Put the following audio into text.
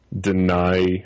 deny